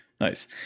Nice